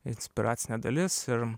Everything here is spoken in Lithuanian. inspiracinė dalis ir